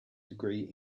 degree